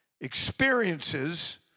experiences